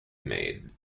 made